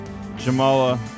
Jamala